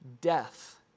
death